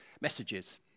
messages